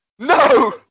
No